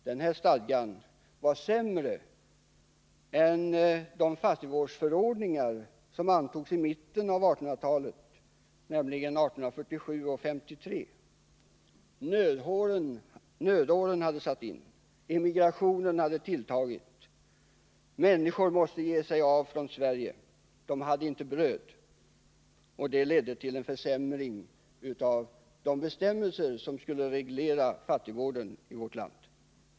Denna stadga var sämre än de fattigvårdsförordningar som antogs i mitten av 1800-talet, nämligen 1847 och 1853. Nödåren hade satt in. Immigrationen hade tilltagit. Människor måste ge sig av från Sverige. De hade inte bröd. Detta ledde till en försämring av de bestämmelser som skulle reglera fattigvården i vårt land.